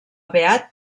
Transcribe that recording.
beat